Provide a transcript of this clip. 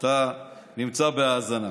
אתה נמצא בהאזנה.